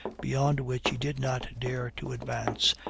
beyond which he did not dare to advance,